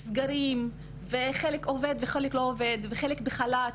יש סגרים, חלק עובד וחלק לא עובד, חלק בחל"ת.